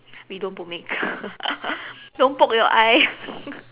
we don't put makeup don't poke your eye